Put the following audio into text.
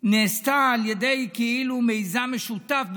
נעשתה כאילו על ידי מיזם משותף,